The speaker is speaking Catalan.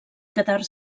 quedar